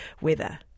weather